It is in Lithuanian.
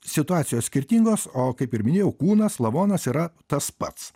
situacijos skirtingos o kaip ir minėjau kūnas lavonas yra tas pats